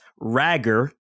ragger